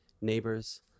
neighbors